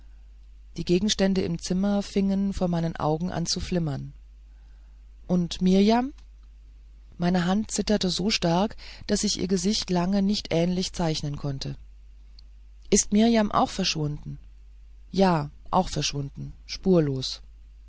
die gegenstände im zimmer fingen vor meinen augen an zu flimmern und mirjam meine hand zitterte so stark daß ich ihr gesicht lange nicht ähnlich zeichnen konnte ist mirjam auch verschwunden ja auch verschwunden spurlos